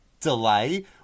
delay